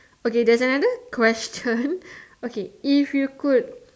okay there's another question okay if you could